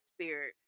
Spirit